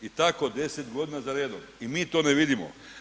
I tako 10 godina za redom i mi to ne vidimo.